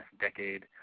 decade